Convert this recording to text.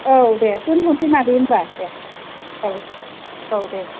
औ दै दोनथ'नोसै मादै होनबा दे औ औ दे